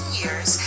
years